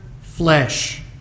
flesh